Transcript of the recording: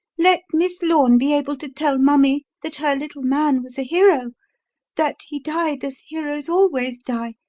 let miss lorne be able to tell mummie that her little man was a hero that he died, as heroes always die,